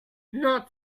not